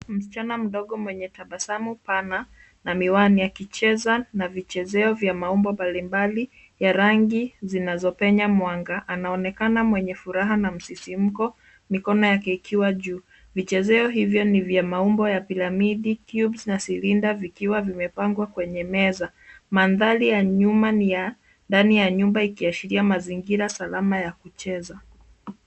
Msichana mdogo mwenye tabasamu pana na miwani yakicheza na vichezeo vya maumbo mbalimbali ya rangi zinazopenya mwanga. Anaonekana mwenye furaha na msisimko, mikono yake ikiwa juu. Vichezeo hivyo ni vya maumbo ya piramidi, cubes na silinda vikiwa vimepangwa kwenye meza. Mandhari ya nyuma ni ya ndani ya nyumba ikiashiria mazingira salama ya kucheza.